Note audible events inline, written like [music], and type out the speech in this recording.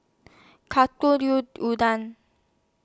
[unintelligible] Unadon